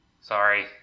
sorry